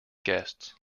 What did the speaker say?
guests